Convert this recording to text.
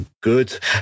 good